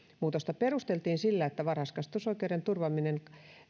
muutosta perusteltiin sillä että varhaiskasvatusoikeuden turvaaminen